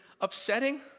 upsetting